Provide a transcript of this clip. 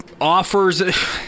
offers